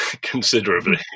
considerably